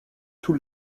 tout